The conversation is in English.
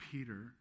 Peter